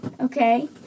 okay